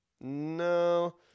No